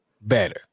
better